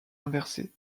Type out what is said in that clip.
inversé